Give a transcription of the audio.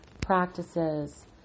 practices